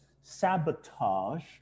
sabotage